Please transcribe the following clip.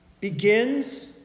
begins